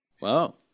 Wow